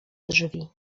drzwi